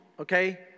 okay